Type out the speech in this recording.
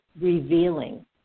revealing